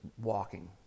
walking